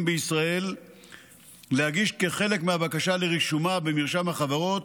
בישראל להגיש כחלק מהבקשה לרישומה במרשם החברות